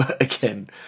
Again